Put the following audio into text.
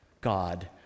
God